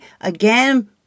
again